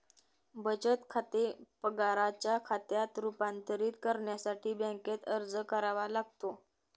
बचत खाते पगाराच्या खात्यात रूपांतरित करण्यासाठी बँकेत अर्ज करावा लागतो